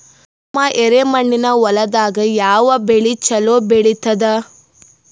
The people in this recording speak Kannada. ನಮ್ಮ ಎರೆಮಣ್ಣಿನ ಹೊಲದಾಗ ಯಾವ ಬೆಳಿ ಚಲೋ ಬೆಳಿತದ?